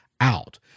out